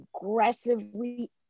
aggressively